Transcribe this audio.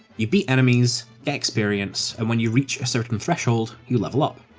you beat enemies, get experience, and when you reached a certain threshold, you leveled up.